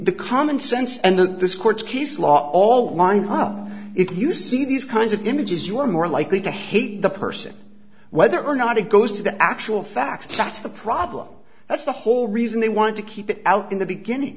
fairly common sense and that this court case law all along home if you see these kinds of images you're more likely to hate the person whether or not it goes to the actual facts that's the problem that's the whole reason they want to keep it out in the beginning